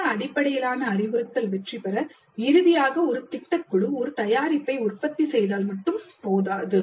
திட்ட அடிப்படையிலான அறிவுறுத்தல் வெற்றிபெற இறுதியாக ஒரு திட்டக்குழு ஒரு தயாரிப்பை உற்பத்தி செய்தால் மட்டும் போதாது